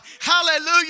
hallelujah